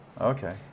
Okay